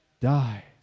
die